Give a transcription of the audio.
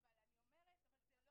אבל אני אומרת בכל